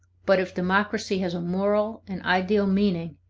but if democracy has a moral and ideal meaning,